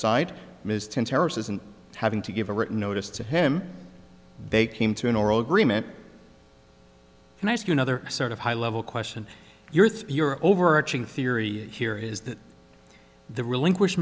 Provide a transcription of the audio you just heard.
and having to give a written notice to him they came to an oral agreement and i ask you another sort of high level question your thier overarching theory here is that the relinquish